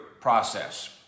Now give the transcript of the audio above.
process